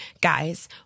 guys